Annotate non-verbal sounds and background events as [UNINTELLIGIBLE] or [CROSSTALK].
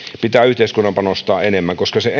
pitää yhteiskunnan panostaa enemmän koska se [UNINTELLIGIBLE]